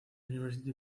university